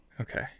Okay